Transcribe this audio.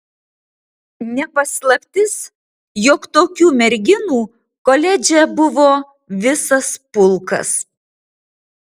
ne paslaptis jog tokių merginų koledže buvo visas pulkas